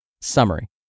Summary